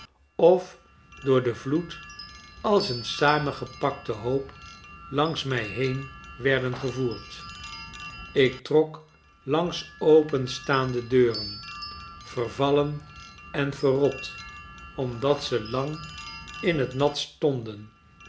of door den vloed als een saamgepakte hoop langs mij heen werden gevoerd ik trok langs openstaande deuren vervallen en verrot omdat ze lang in het nat stonden